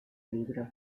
libros